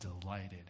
delighted